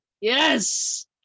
Yes